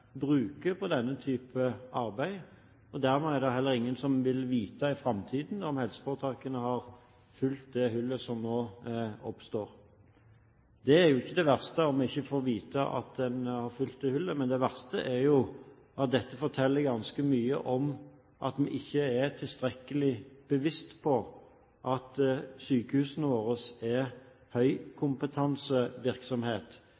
bruker på denne typen arbeid, og dermed er det heller ingen som i framtiden vil vite om helseforetakene har fylt det hullet som nå oppstår. Det er jo ikke det verste om vi ikke får vite at en har fylt det hullet. Det verste er at dette forteller ganske mye om at man ikke er tilstrekkelig bevisst på at sykehusene våre er